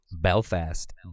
Belfast